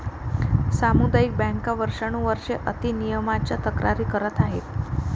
सामुदायिक बँका वर्षानुवर्षे अति नियमनाच्या तक्रारी करत आहेत